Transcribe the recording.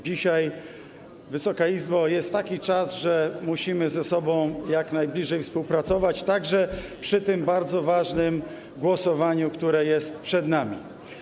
Dzisiaj, Wysoka Izbo, jest taki czas, że musimy ze sobą jak najbliżej współpracować, także przy tym bardzo ważnym głosowaniu, które jest przed nami.